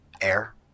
air